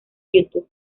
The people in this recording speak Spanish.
youtube